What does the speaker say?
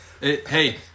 Hey